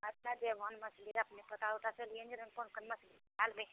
अच्छा जेबहो ने मछली अपने पता उता से लिहन पोरखन मछली आएल रहए